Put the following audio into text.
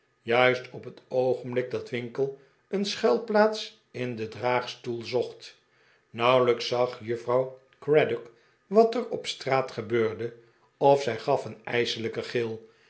juist op het oogenblik dat winkle een schuilplaats in den draagstoel zpcht nauwelijks zag juffrouw craddock wat er op straat gebeurde of zij gaf een ijselijken gil